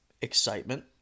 excitement